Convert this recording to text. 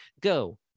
go